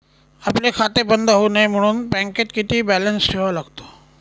आपले खाते बंद होऊ नये म्हणून बँकेत किती बॅलन्स ठेवावा लागतो?